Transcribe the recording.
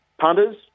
punters